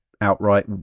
outright